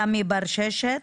תמי ברששת